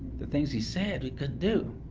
the things he said we couldn't do.